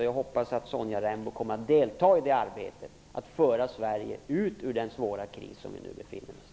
Jag hoppas att Sonja Rembo kommer att delta i arbetet med att föra Sverige ut ur den svåra kris som vi nu befinner oss i.